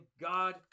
God